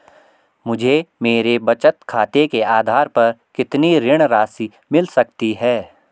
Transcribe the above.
मुझे मेरे बचत खाते के आधार पर कितनी ऋण राशि मिल सकती है?